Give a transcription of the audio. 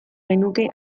genuke